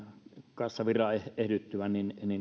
kassavirran ehdyttyä